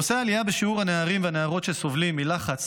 בנושא העלייה בשיעור הנערים והנערות שסובלים מלחץ,